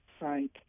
Right